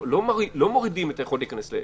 לא מורידים את היכולת להיכנס לאילת,